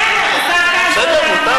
בסדר, השר כץ, זו דעתך.